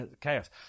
chaos